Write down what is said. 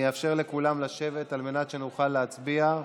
אאפשר לכולם לשבת על מנת שנוכל להצביע.